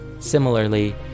Similarly